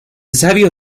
sabio